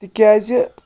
تِکیٛازِ